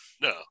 No